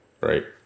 right